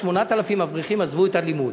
8,000 אברכים עזבו את הלימוד.